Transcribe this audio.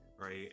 right